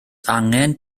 angen